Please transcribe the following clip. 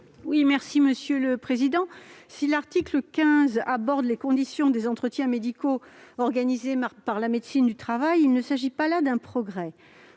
est à Mme Laurence Cohen. Si l'article 15 aborde les conditions des entretiens médicaux organisés par la médecine du travail, il ne s'agit pas là d'un progrès.